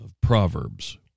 Proverbs